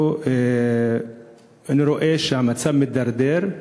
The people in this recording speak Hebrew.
אני רואה שהמצב מידרדר,